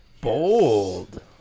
Bold